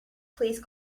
please